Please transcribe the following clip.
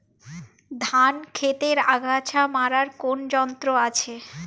ধান ক্ষেতের আগাছা মারার কোন যন্ত্র আছে?